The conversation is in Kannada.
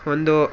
ಒಂದು